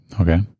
Okay